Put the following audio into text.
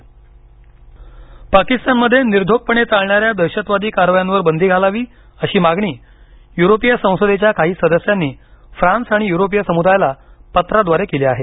पाक निर्बंध पाकिस्तानमध्ये निर्धोकपणे चालणाऱ्या दहशतवादी कारवायांवर बंदी घालावी अशी मागणी युरोपीय संसदेच्या काही सदस्यांनी फ्रान्स आणि युरोपीय समुदायाला पत्राद्वारे केली आहे